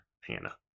hannah